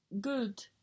good